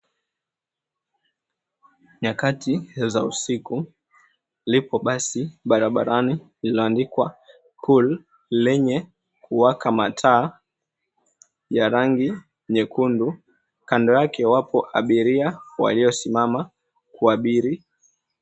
Nyakati za usiku, lipo basi barabarani lililoandikwa, Cool, lenye kuwaka mataa ya rangi nyekundu. Kando yake wapo abiria waliosimama kuabiri.